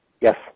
Yes